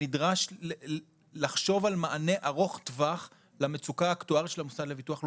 שנדרש לחשוב על מענה ארוך טווח למצוקה האקטוארית של המוסד לביטוח לאומי,